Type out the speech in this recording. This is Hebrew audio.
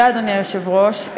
אדוני היושב-ראש,